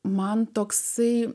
man toksai